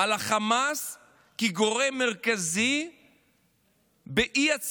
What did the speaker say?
על החמאס כגורם מרכזי באי-יציבות